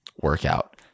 workout